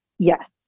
Yes